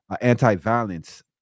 anti-violence